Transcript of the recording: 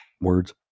words